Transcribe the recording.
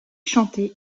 chanté